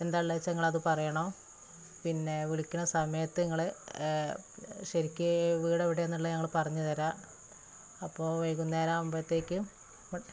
എന്താ ഉള്ളേ വച്ചാൽ നിങ്ങൾ അതു പറയണം പിന്നെ വിളിക്കുന്ന സമയത്ത് നിങ്ങൾ ശരിക്ക് വീടെവിടേന്നുള്ളതു ഞങ്ങൾ പറഞ്ഞുതരാം അപ്പോൾ വൈകുന്നേരം ആകുമ്പോഴത്തേക്കും